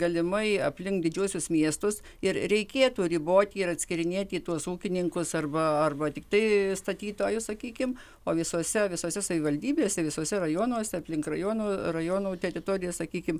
galimai aplink didžiuosius miestus ir reikėtų riboti ir atskyrinėti tuos ūkininkus arba arba tiktai statytojus sakykim o visose visose savivaldybėse visuose rajonuose aplink rajonų rajonų teritorijas sakykim